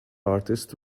artist